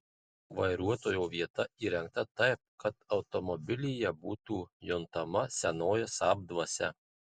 vairuotojo vieta įrengta taip kad automobilyje būtų juntama senoji saab dvasia